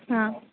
हां